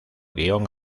guión